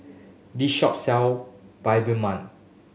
this shop sell Bibimbap